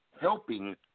helping